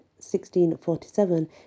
1647